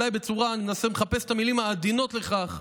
אני מחפש את המילים העדינות לכך,